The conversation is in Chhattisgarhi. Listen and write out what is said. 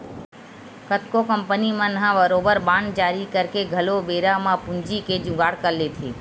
कतको कंपनी मन ह बरोबर बांड जारी करके घलो बेरा म पूंजी के जुगाड़ कर लेथे